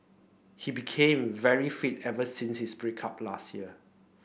he became very fit ever since his break up last year